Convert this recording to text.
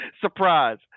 Surprise